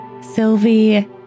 Sylvie